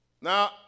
Now